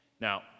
Now